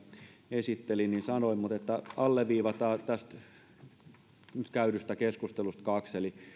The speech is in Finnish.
esittelin mutta mutta alleviivataan tästä nyt käydystä keskustelusta kaksi eli